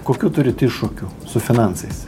kokių turit iššūkių su finansais